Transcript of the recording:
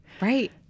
Right